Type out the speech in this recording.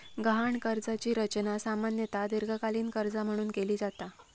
गहाण कर्जाची रचना सामान्यतः दीर्घकालीन कर्जा म्हणून केली जाता